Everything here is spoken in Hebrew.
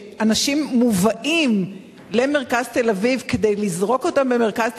שאנשים מובאים למרכז תל-אביב כדי לזרוק אותם במרכז תל-אביב,